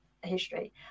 history